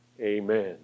Amen